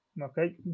Okay